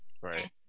right